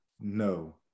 no